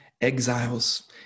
exiles